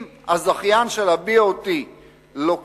אם הזכיין של ה-BOT לוקח